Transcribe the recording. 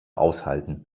aushalten